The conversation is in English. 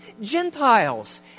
Gentiles